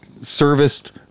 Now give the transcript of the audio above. serviced